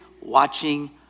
watching